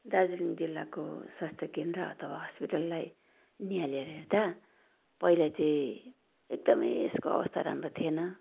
दार्जिलिङ जिल्लाको स्वास्थ्य अथवा हस्पिटललाई नियालेर हेर्दा पहिला चाहिँ एकदमै यसको अवस्था राम्रो थिएन